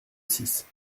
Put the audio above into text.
six